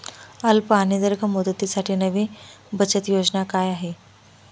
अल्प आणि दीर्घ मुदतीसाठी नवी बचत योजना काय आहे?